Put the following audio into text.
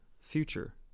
future